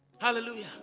Hallelujah